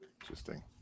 interesting